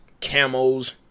camos